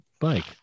bike